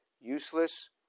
useless